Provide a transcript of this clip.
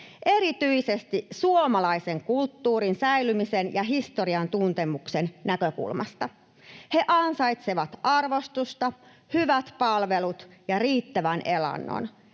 erityisesti suomalaisen kulttuurin säilymisen ja historian tuntemuksen näkökulmasta. He ansaitsevat arvostusta, hyvät palvelut ja riittävän elannon.